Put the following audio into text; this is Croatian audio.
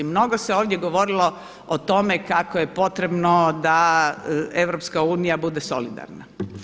Mnogo se ovdje govorilo o tome kako je potrebno da EU bude solidarna.